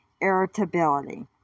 irritability